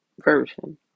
Version